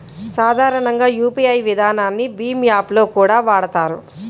సాధారణంగా యూపీఐ విధానాన్ని భీమ్ యాప్ లో కూడా వాడతారు